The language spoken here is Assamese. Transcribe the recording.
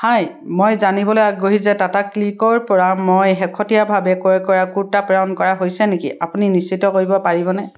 হাই মই জানিবলৈ আগ্ৰহী যে টাটা ক্লিকৰ পৰা মই শেহতীয়াভাৱে ক্ৰয় কৰা কুৰ্তা প্ৰেৰণ কৰা হৈছে নেকি আপুনি নিশ্চিত কৰিব পাৰিবনে